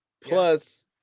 Plus